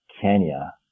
Kenya